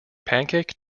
pancake